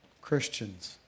Christians